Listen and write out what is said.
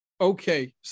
Okay